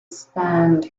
stand